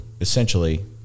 essentially